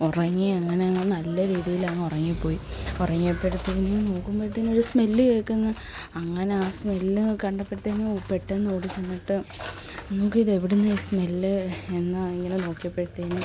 ഉറങ്ങി അങ്ങനെ അങ്ങ് നല്ല രീതിയിൽ അങ്ങ് ഉറങ്ങിപ്പോയി ഉറങ്ങിയപ്പോഴത്തേക്ക് നോക്കുമ്പോഴത്തേക്ക് ഒരു സ്മെല്ല് കേൾക്കുന്നു അങ്ങനെ ആ സ്മെല്ല് കണ്ടപ്പോഴത്തേനും പെട്ടെന്ന് ഓടി ചെന്നിട്ട് നോക്കി ഇത് എവിടെ നിന്നാണ് ഈ സ്മെല്ല് എന്ന് ഇങ്ങനെ നോക്കിയപ്പോഴത്തേക്കും